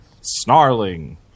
Snarling